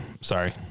Sorry